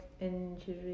injury